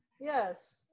Yes